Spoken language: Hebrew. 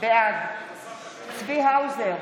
בעד צבי האוזר,